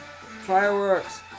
Fireworks